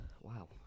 Wow